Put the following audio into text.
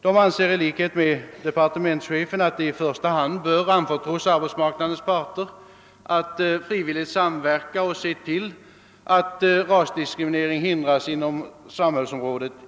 De anser i likhet med departementschefen att vi i första hand bör anförtro arbetsmarknadens parter att frivilligt samverka och se till att rasdiskriminering hindras inom detta samhällsområde.